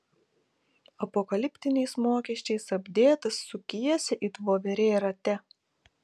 apokaliptiniais mokesčiais apdėtas sukiesi it voverė rate